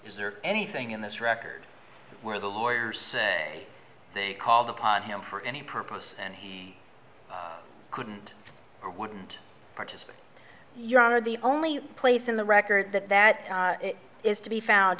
is there anything in this record where the lawyers called upon him for any purpose and he couldn't or wouldn't participate your honor the only place in the record that that is to be found